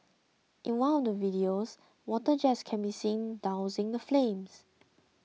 in one of the videos water jets can be seen dousing the flames